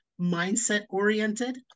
mindset-oriented